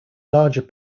larger